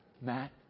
Matt